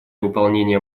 выполнения